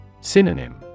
Synonym